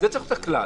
צריך את הכלל,